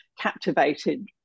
captivated